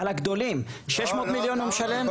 על הגדולים 600 מיליון הוא משלם.